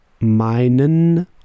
meinen